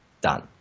done